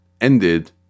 ended